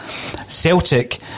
Celtic